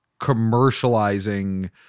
commercializing